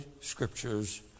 Scriptures